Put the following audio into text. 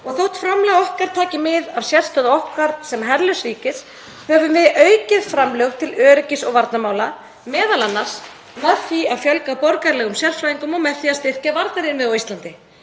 Og þótt framlag okkar taki mið af sérstöðu okkar sem herlauss ríkis höfum við aukið framlög til öryggis- og varnarmála, m.a. með því að fjölga borgaralegum sérfræðingum og með því að styrkja varnarinnviði á Íslandi.